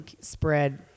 spread